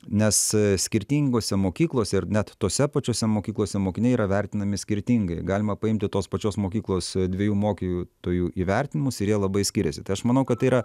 nes skirtingose mokyklose ir net tose pačiose mokyklose mokiniai yra vertinami skirtingai galima paimti tos pačios mokyklos dviejų mokytojų įvertinimus ir jie labai skiriasi tai aš manau kad tai yra